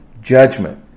judgment